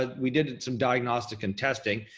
ah we did some diagnostic and testing.